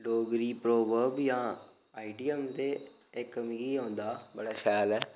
Dogri proverb जां idea होंदा इक मिगी आंदा बड़ा शैल ऐ